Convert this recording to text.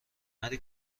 نری